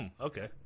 Okay